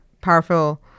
powerful